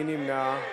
מי נמנע?